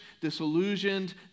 disillusioned